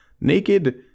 Naked